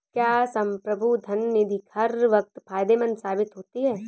क्या संप्रभु धन निधि हर वक्त फायदेमंद साबित होती है?